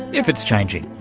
if it's changing.